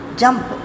jump